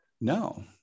No